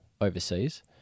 overseas